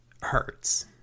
hurts